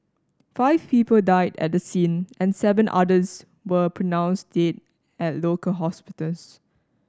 five people died at the scene and seven others were pronounced dead at local hospitals